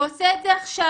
הוא עושה את זה עכשיו,